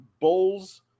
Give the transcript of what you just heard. bull's